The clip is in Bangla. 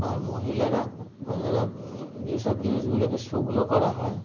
আর মহিলারা যারা যেসব জিনিসগুলোকে শুকনো করা হয়